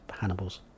Hannibal's